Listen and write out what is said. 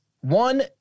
One